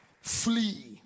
Flee